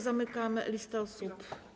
Zamykam listę osób.